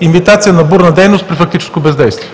имитация на бурна дейност при фактическо бездействие.